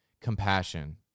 compassion